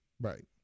right